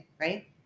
right